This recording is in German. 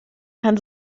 kann